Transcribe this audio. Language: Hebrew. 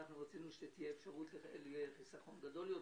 אנחנו רצינו שתהיה אפשרות לחיסכון גדול יותר,